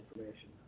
information